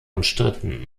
umstritten